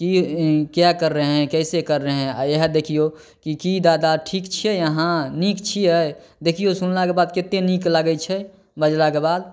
कि क्या कर रहे है कैसे कर रहे है आओर इएहे देखियौ कि की दादा ठीक छियै अहाँ नीक छियै देखियौ सुनलाके बाद कते नीक लागै छै बजलाके बाद